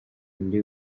new